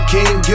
King